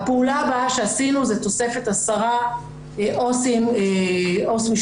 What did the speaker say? הפעולה הבאה שעשינו זה תוספת עשרה עו"ס משטרה,